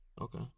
okay